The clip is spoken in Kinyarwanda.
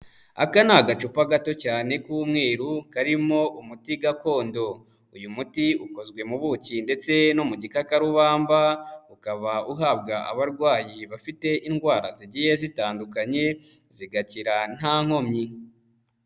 Aka ni agacupa gato cyane k'umweru karimo umuti gakondo, uyu muti ukozwe mu buki ndetse no mu gikakarubamba, ukaba uhabwa abarwayi bafite indwara zigiye zitandukanye, zigakira nta nkomyi.